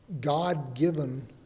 God-given